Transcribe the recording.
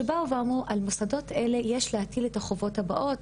שבאו ואמרו "על מוסדות אלה יש להטיל את החובות הבאות..",